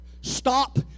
Stop